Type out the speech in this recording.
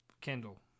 Kendall